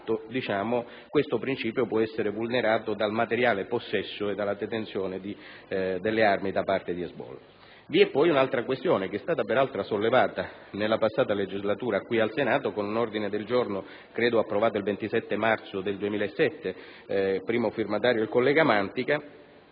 riferimento che, di fatto, può essere vulnerato dal materiale possesso e dalla detenzione delle armi da parte di Hezbollah. Vi è poi un'altra questione, peraltro sollevata nella passata legislatura qui in Senato con un ordine del giorno - credo approvato il 27 marzo 2007 - con primo firmatario il collega Mantica,